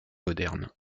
moderne